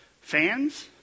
Fans